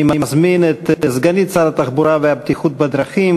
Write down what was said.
אני מזמין את סגנית שר התחבורה והבטיחות בדרכים,